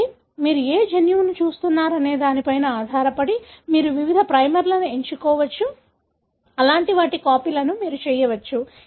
కాబట్టి మీరు ఏ జన్యువును చూస్తున్నారనే దానిపై ఆధారపడి మీరు వివిధ ప్రైమర్లను ఎంచుకోవచ్చు అలాంటి వాటి కాపీలను మీరు చేయవచ్చు